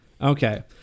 Okay